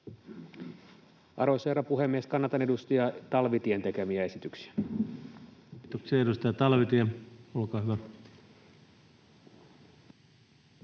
Arvoisa herra puhemies! Kannatan edustaja Talvitien tekemiä esityksiä. Kiitoksia. — Edustaja Talvitie, olkaa hyvä.